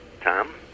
Tom